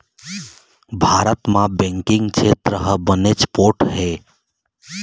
भारत म बेंकिंग छेत्र ह बनेच पोठ हे